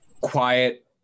quiet